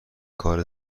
کار